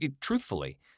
truthfully